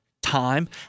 time